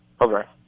Okay